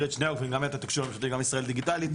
גם התקשוב הממשלתי וגם ישראל דיגיטלית.